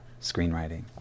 screenwriting